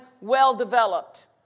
well-developed